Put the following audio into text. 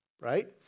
right